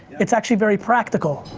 it's actually very practical.